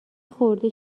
خورده